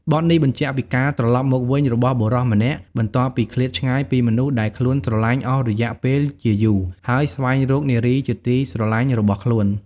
បទនេះបញ្ចាក់ពីការត្រឡប់មកវិញរបស់បុរសម្នាក់ បន្ទាប់ពីឃ្លាតឆ្ងាយពីមនុស្សដែលខ្លួនស្រលាញ់អស់រយៈពេលជាយូរ ហើយស្វែងរកនារីជាទីស្រឡាញ់របស់ខ្លួន។